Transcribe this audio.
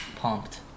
pumped